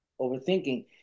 Overthinking